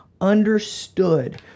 understood